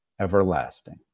everlasting